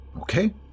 Okay